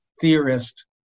theorist